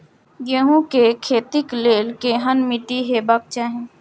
गेहूं के खेतीक लेल केहन मीट्टी हेबाक चाही?